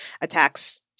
attacks